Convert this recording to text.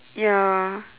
ya